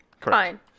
fine